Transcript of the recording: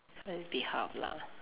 so it's behalf lah